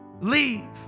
Leave